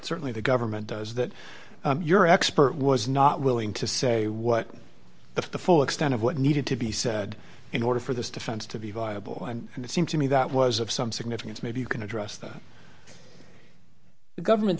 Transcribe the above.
certainly the government does that your expert was not willing to say what that's the full extent of what needed to be said in order for this defense to be viable and it seems to me that was of some significance maybe you can address that the government